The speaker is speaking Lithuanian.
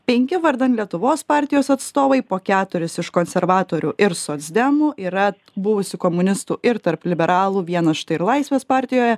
penki vardan lietuvos partijos atstovai po keturis iš konservatorių ir socdemų yra buvusių komunistų ir tarp liberalų vienas štai ir laisvės partijoje